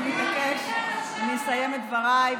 אתם השתגעתם?